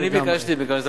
אני ביקשתי, בגלל זה.